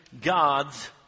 God's